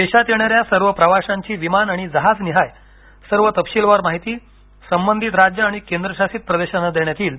देशात येणाऱ्या सर्व प्रवाशांची विमान आणि जहाजनिहाय सर्व तपशीलवार माहिती संबंधित राज्य आणि केंद्रशासित प्रदेशांना देण्यात येईल